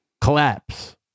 collapse